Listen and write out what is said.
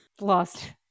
Lost